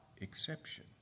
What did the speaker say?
exception